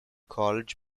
college